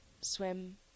swim